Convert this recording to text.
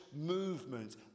movement